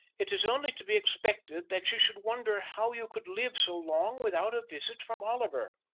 it is only to be expected that she should wonder how you could live so long without a visit from oliver.